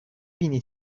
بینی